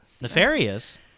Nefarious